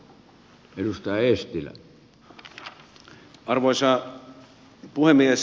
arvoisa puhemies